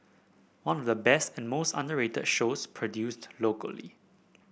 one of the best and most underrated shows produced locally